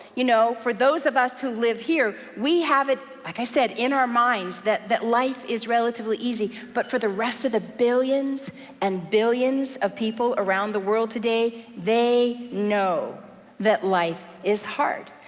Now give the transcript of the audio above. you know for those of us who live here, we have it, like i said, in our minds that that life is relatively easy, but for the rest of the billions and billions of people around the world today, they know that life is hard.